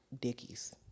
dickies